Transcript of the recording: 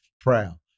proud